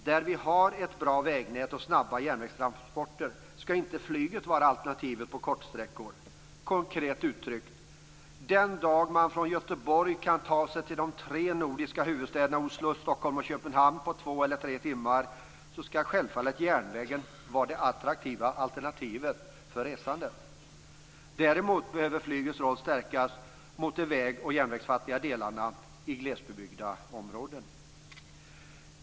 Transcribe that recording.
Där vi har ett bra vägnät och snabba järnvägstransporter skall inte flyget vara alternativet på kortsträckor. Konkret uttryckt: Den dag man kan ta sig från Göteborg till de tre nordiska huvudstäderna Oslo, Stockholm och Köpenhamn på två eller tre timmar skall järnvägen självfallet vara det attraktiva alternativet för resande. Däremot behöver flygets roll stärkas mot de väg och järnvägsfattiga delarna i glesbebyggda områden.